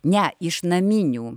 ne iš naminių